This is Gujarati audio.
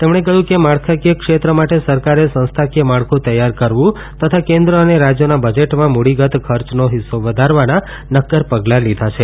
તેમણે કહ્યું કે માળખાકીય ક્ષેત્ર માટે સરકારે સંસ્થાકીય માળખુ તૈયાર કરવુ તથા કેન્દ્ર અને રાજયોના બજેટમાં મુડીગત ખર્ચનો હિસ્સો વધારવાના નકકર પગલાં લીધા છે